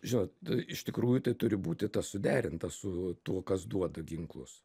žinot iš tikrųjų tai turi būti ta suderinta su tuo kas duoda ginklus